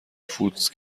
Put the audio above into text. فودز